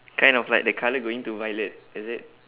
kind of like the colour going to violet is it